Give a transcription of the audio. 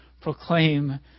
proclaim